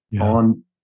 on